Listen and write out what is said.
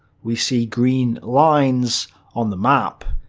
we see green lines on the map.